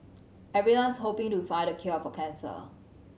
everyone's hoping to find the cure for cancer